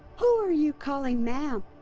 who are you calling ma'am?